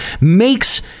makes